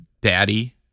daddy